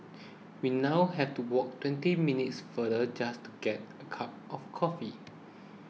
we now have to walk twenty minutes further just to get a cup of coffee